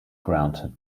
granted